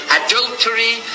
adultery